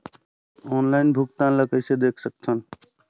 Online भुगतान ल कइसे देख सकथन?